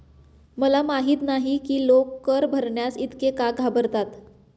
मला माहित नाही की लोक कर भरण्यास इतके का घाबरतात